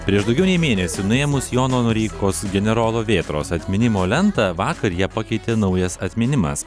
prieš daugiau nei mėnesį nuėmus jono noreikos generolo vėtros atminimo lentą vakar ją pakeitė naujas atminimas